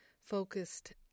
Focused